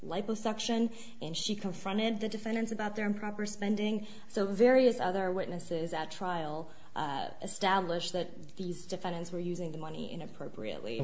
liposuction and she confronted the defendants about their improper spending so various other witnesses at trial established that these defendants were using the money in appropriately